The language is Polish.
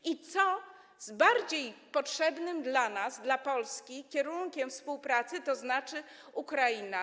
I co z bardziej potrzebnym dla nas, dla Polski kierunkiem współpracy, tzn. Ukrainą?